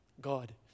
God